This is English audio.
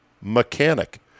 mechanic